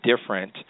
different